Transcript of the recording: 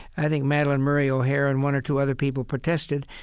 i think madalyn murray o'hair and one or two other people protested,